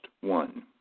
one